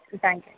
thank you